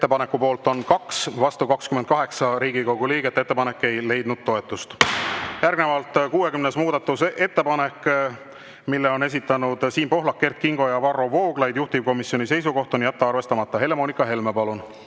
Ettepaneku poolt on 2, vastu 28 Riigikogu liiget. Ettepanek ei leidnud toetust. Järgnevalt 60. muudatusettepanek, mille on esitanud Siim Pohlak, Kert Kingo ja Varro Vooglaid. Juhtivkomisjoni seisukoht on jätta arvestamata. Helle‑Moonika Helme, palun!